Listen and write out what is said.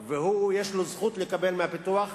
והוא, יש לו זכות לקבל מהביטוח,